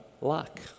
luck